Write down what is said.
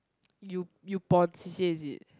you you pon C_C_A is it